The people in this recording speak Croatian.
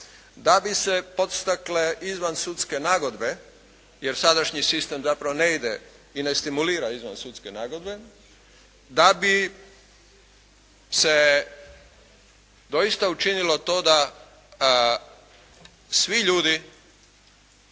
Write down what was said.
Da bi se potakle izvan sudske nagodbe, jer sadašnji sistem zapravo ne ide i ne stimulira izvan sudske nagodbe, da bi se doista učinilo to da svi ljudi